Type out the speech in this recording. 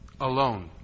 Alone